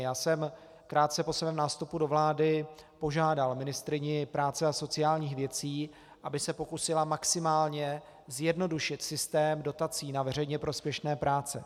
Já jsem krátce po svém nástupu do vlády požádal ministryni práci a sociálních věcí, aby se pokusila maximálně zjednodušit systém dotací na veřejně prospěšné práce.